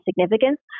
significance